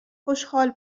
خوشحال